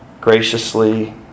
graciously